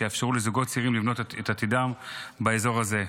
שיאפשרו לזוגות צעירים לבנות את עתידם באזור הזה.